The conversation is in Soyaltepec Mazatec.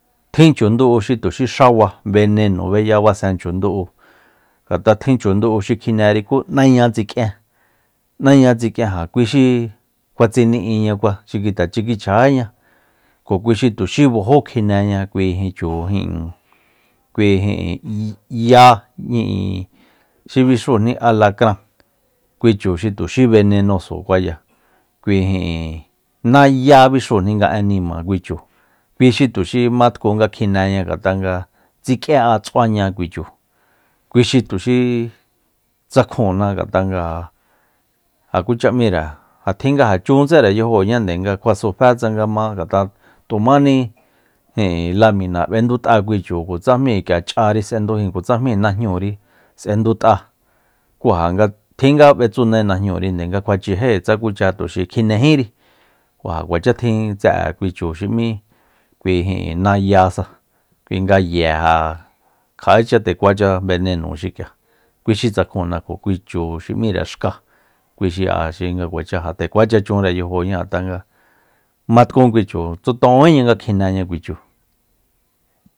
Tjin chu ndú'u xi tuxi xaba benenobeya basen chundu'u ngat'a tjin chu ndu'u xi kjineri ku n'áña tsik'ién n'áña tsik'én ja kui xi kjua tsini'iñakua te tsikichjajíña kjo kui xi tuxi bajó kjineña kui chu ijin kui ijin yá ijin xi bixúujni alakran kui chu xi tuxi benenosokuaya kui ijin nayá bixujni nga én nima kui chu kui xi tuxi ma tkun nga kjineña nagt'a nga tsik'ien'a tsuaña kui chu kui xi tuxi tsakjunna ngat'a nga ja kucha m'íre ja tjin nga jachuntsere yajoñande nga kuasufé tsanga ma ngat'a tujmáni lamina b'endut'a kui chu kutsajmíi k'ia ch'ari s'endujin kutsamí najñuri s'endut'a ku ja tjin ga b'etsune najñurinde nga kuachejée tsa kucha tuxi kjinéjíri ku ja kuacha tjin tsa'e kui chu xi m'í kui nayása kui nga ye ja kja'echa nde kuacha beneno xik'ia kui xi tsakjunna kjo kui chu xi m'íre xka kui xi'a xi nga kuacha nga ja nde kuacha chunre yajoñá ngat'a nga ma tkun kui chu tsutojónjiña nga kjineña kui chu